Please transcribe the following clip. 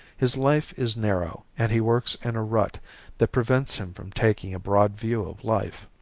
his life is narrow and he works in a rut that prevents him from taking a broad view of life.